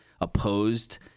opposed